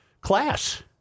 class